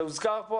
זה הוזכר פה,